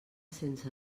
sense